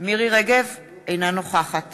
אינה נוכחת